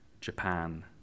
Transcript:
Japan